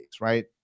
right